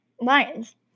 Lions